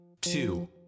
two